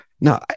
no